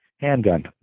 handgun